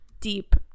deep